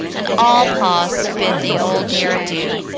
and all paused to bid the old year adieu.